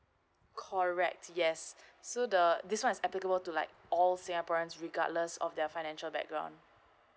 correct yes so the this one is applicable to like all singaporeans regardless of their financial background